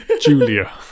Julia